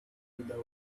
without